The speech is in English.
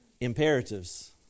imperatives